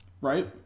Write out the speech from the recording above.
Right